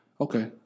Okay